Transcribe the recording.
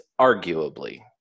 arguably